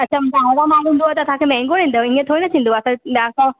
अच्छा माण्हू हूंदव त असांखे महांगो ॾींदव ईअं थोरी न थींदो आहे असां तव्हां खों